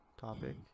topic